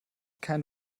kein